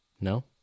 No